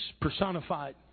personified